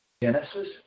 Genesis